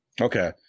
okay